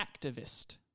Activist